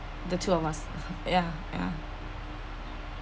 the two of us ya ya